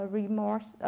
remorse